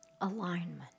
alignment